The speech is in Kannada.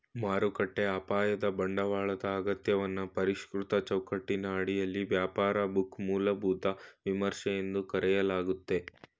ಮಾರುಕಟ್ಟೆ ಅಪಾಯದ ಬಂಡವಾಳದ ಅಗತ್ಯವನ್ನ ಪರಿಷ್ಕೃತ ಚೌಕಟ್ಟಿನ ಅಡಿಯಲ್ಲಿ ವ್ಯಾಪಾರ ಬುಕ್ ಮೂಲಭೂತ ವಿಮರ್ಶೆ ಎಂದು ಕರೆಯಲಾಗುತ್ತೆ